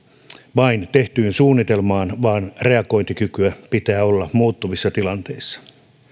vain tehtyyn suunnitelmaan vaan reagointikykyä pitää olla muuttuvissa tilanteissa